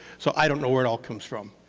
so i don't know where it all comes from,